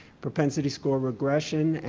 propensity score regression, and